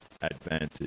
Advantage